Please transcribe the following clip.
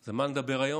אז על מה נדבר היום?